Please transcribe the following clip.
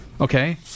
Okay